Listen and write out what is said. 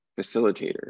facilitators